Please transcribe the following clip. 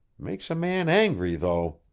makes a man angry, though!